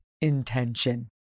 intention